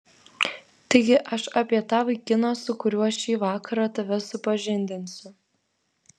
taigi aš apie tą vaikiną su kuriuo šį vakarą tave supažindinsiu